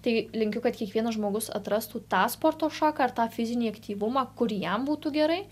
tai linkiu kad kiekvienas žmogus atrastų tą sporto šaką ar tą fizinį aktyvumą kur jam būtų gerai